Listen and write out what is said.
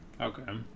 Okay